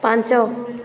ପାଞ୍ଚ